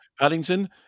Paddington